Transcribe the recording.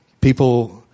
people